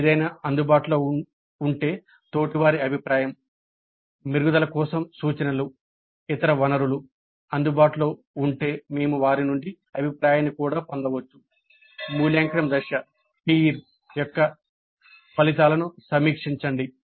ఏదైనా అందుబాటులో ఉంటే తోటివారి అభిప్రాయం మెరుగుదల కోసం సూచనలు ఇతర వనరులు అందుబాటులో ఉంటే మేము వారి నుండి అభిప్రాయాన్ని కూడా పొందవచ్చు మూల్యాంకనం దశ పీర్ యొక్క ఫలితాలను సమీక్షించండి